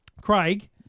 Craig